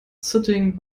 sitting